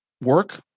work